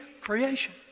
creation